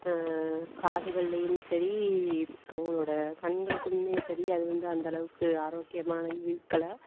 காதுகள்லேயும் சரி அவங்களோட கண்களுக்குமே சரி அது வந்து அந்த அளவுக்கு ஆரோக்கியமான இருக்கலை